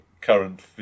current